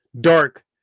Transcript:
dark